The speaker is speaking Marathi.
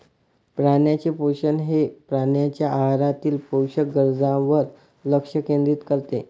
प्राण्यांचे पोषण हे प्राण्यांच्या आहारातील पोषक गरजांवर लक्ष केंद्रित करते